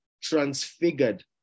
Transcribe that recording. transfigured